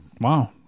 Wow